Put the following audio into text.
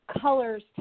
colors